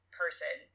person